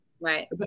Right